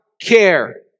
care